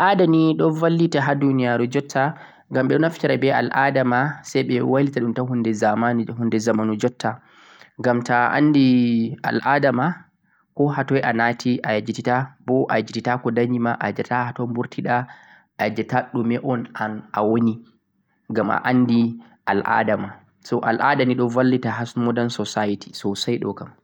Al-ada nii ɗon vallita ha duniyaru jutta ngam ɓeɗon naftira be al-adama ɓe heftan lenyol ma, dina ma be lesdi ma